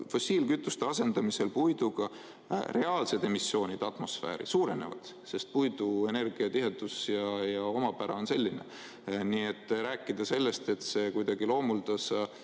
fossiilkütuste asendamisel puiduga reaalsed emissioonid atmosfääri suurenevad, sest puidu energiatihedus ja omapära on selline. Nii et rääkida sellest, et see kuidagi loomuldasa